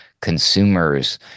consumers